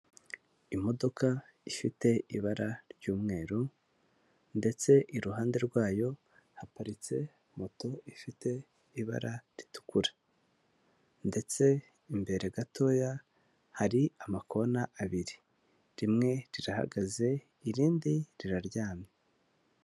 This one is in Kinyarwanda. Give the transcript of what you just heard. Imodoka ifite ibara ry'umweru ndetse iruhande rwayo haparitse moto ifite ibara ritukura ndetse imbere gatoya hari amakona abiri, rimwe rirahagaze irindi riraryamye.